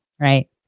Right